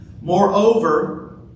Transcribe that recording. Moreover